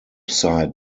site